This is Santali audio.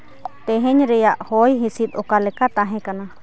ᱛᱮᱦᱮᱧ ᱨᱮᱭᱟᱜ ᱦᱚᱭ ᱦᱤᱸᱥᱤᱫ ᱚᱠᱟᱞᱮᱠᱟ ᱛᱟᱦᱮᱸᱠᱟᱱᱟ